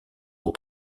aux